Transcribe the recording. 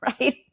right